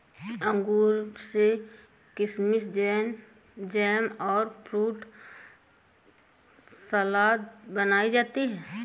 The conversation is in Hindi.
अंगूर से किशमिस जैम और फ्रूट सलाद बनाई जाती है